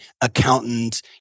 accountant